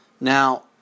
Now